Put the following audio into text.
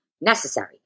necessary